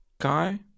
guy